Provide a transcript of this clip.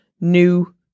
new